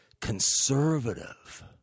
conservative